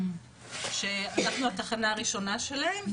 כשאנחנו התחנה הראשונה שלהם,